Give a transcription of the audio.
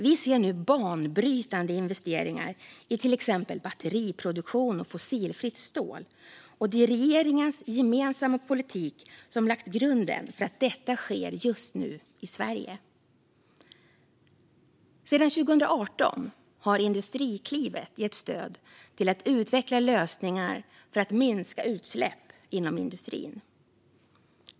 Vi ser nu banbrytande investeringar i till exempel batteriproduktion och fossilfritt stål, och det är regeringens gemensamma politik som lagt grunden för att detta sker just nu i Sverige. Sedan 2018 har Industriklivet gett stöd till att utveckla lösningar för att minska utsläpp inom industrin.